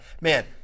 Man